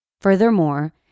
Furthermore